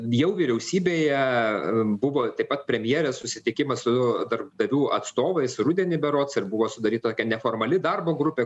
bijau vyriausybėje buvo taip pat premjerės susitikimas su darbdavių atstovais rudenį berods ir buvo sudaryta tokia neformali darbo grupė